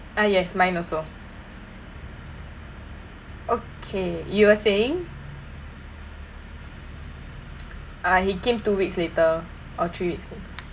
ah yes mine also okay you were saying ah he came two weeks later or three weeks